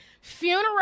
funeral